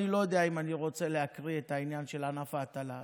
אני לא יודע אם אני רוצה להקריא את עניין ענף ההטלה,